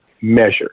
measure